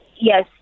Yes